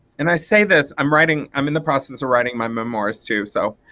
and i say this i'm writing i'm in the process of writing my memoirs too so